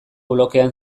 blokean